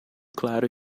claro